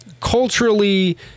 culturally